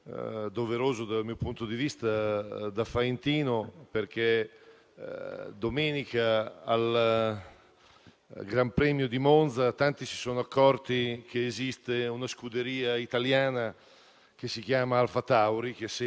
È nato un distretto veramente importante. Quindi, la Formula 1 ha rappresentato un pezzo di storia per il nostro territorio, ma oggi, proprio per quella tradizione, anche i nuovi proprietari hanno lasciato Faenza e hanno investito